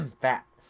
fat